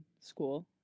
school